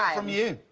um from you.